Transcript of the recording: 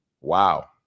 Wow